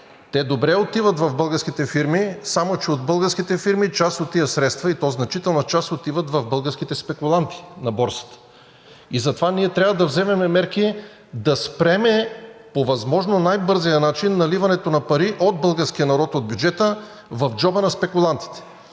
те добре отиват в българските фирми, само че от българските фирми част от тези средства, и то значителна част, отиват в българските спекуланти на борсата. Затова ние трябва да вземем мерки да спрем по възможно най-бързия начин наливането на пари от българския народ, от бюджета, в джоба на спекулантите.